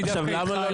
אני דווקא איתך,